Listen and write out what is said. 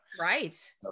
right